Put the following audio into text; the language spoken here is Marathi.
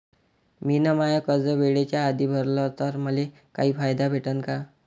मिन माय कर्ज वेळेच्या आधी भरल तर मले काही फायदा भेटन का?